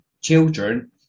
children